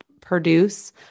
produce